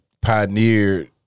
pioneered